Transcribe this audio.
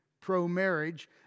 pro-marriage